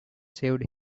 saved